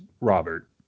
Robert